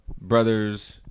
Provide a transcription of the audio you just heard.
brother's